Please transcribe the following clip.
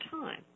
time